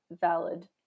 valid